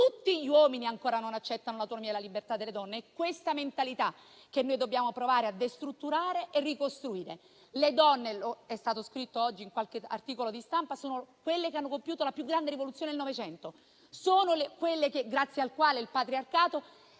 Tutti gli uomini ancora non accettano l'autonomia e la libertà delle donne ed è questa mentalità che noi dobbiamo provare a destrutturare e ricostruire. Le donne - come è stato scritto oggi in qualche articolo di stampa - sono quelle che hanno compiuto la più grande rivoluzione del Novecento; sono coloro grazie alle quali il patriarcato